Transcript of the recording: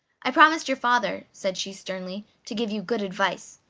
i promised your father, said she sternly, to give you good advice,